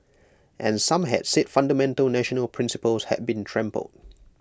and some had said fundamental national principles had been trampled